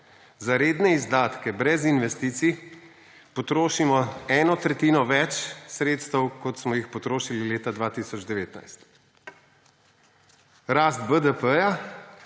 za redne izdatke brez investicij potrošimo eno tretjino več sredstev, kot smo jih potrošili leta 2019. Rast BDP pa